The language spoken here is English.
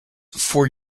for